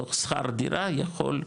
מתוך שכר דירה, יכול,